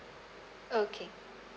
okay